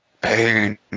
Pain